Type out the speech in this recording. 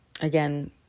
Again